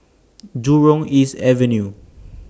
Jurong East Avenue